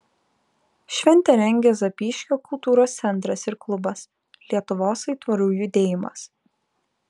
šventę rengia zapyškio kultūros centras ir klubas lietuvos aitvarų judėjimas